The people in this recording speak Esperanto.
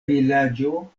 vilaĝo